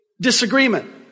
disagreement